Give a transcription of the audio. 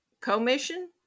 commission